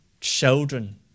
children